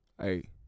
Hey